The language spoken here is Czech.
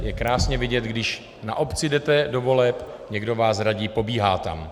Je krásně vidět, když na obci jdete do voleb, někdo vás zradí, pobíhá tam.